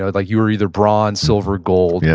ah like you were either bronze, silver, gold, yeah